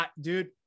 dude